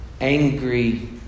angry